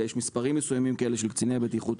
אבל יש מספרים מסוימים של קציני בטיחות.